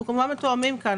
אנחנו כמובן מתואמים כאן.